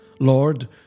Lord